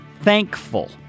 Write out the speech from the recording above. thankful